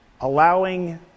allowing